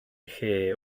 lle